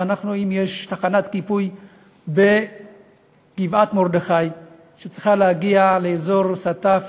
אם יש תחנת כיבוי בגבעת-מרדכי ומשם צריך להגיע לאזור הסטף,